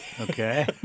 Okay